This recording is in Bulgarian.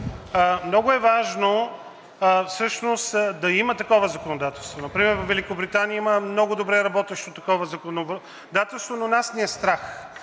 много е важно всъщност да има такова законодателство. Например във Великобритания има много добре работещо такова законодателство, но нас ни е страх,